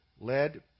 led